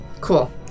Cool